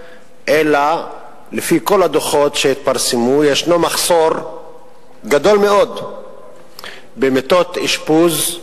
אלא לפי כל הדוחות שהתפרסמו ישנו מחסור גדול מאוד במיטות אשפוז.